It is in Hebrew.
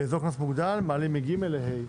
באזור קנס מוגדל מעלים מ-ג' ל-ה'.